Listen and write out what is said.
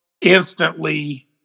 instantly